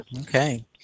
Okay